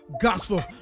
gospel